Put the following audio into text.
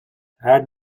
add